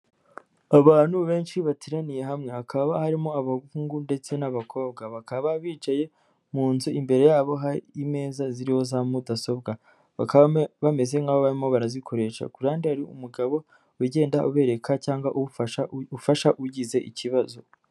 Abantu benshi bateraniye hamwe hakaba harimo abahungu ndetse n'abakobwa bakaba bicaye, mu nzu imbere yabo hari imeza ziriho za mudasobwaba. Bakaba bame bameze nkaho barimo barazikoresha. Kurahande hari umugabo ugenda ubereka cyangwa ufasha ufasha ugize ikibazo.